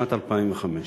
בשנת 2005,